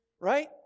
right